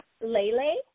Lele